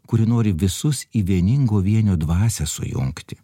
kuri nori visus į vieningo vienio dvasią sujungti